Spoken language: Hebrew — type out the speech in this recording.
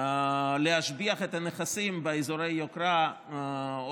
להשביח את הנכסים באזורי יוקרה או